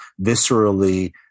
viscerally